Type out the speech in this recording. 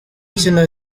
kino